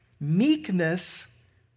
meekness